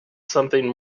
something